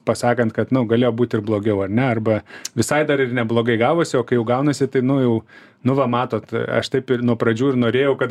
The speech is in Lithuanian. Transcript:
pasakant kad nu galėjo būti ir blogiau ar ne arba visai dar ir neblogai gavosi o kai jau gaunasi tai nu jau nu va matot aš taip ir nuo pradžių ir norėjau kad